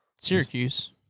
Syracuse